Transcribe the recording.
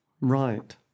Right